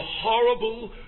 horrible